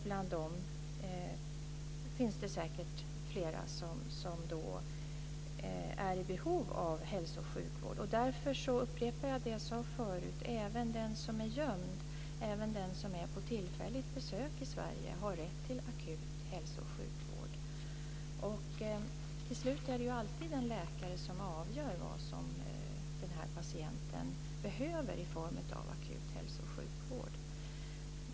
Bland dem finns det säkert flera som är i behov av hälso och sjukvård. Därför upprepar jag det jag sade förut; även den som är gömd, liksom den som är på tillfälligt besök i Sverige, har rätt till akut hälso och sjukvård. Till slut är det alltid en läkare som avgör vad en viss patient behöver i form av akut hälso och sjukvård.